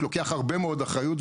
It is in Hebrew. לוקח הרבה מאוד אחריות.